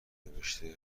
نوشته